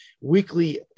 weekly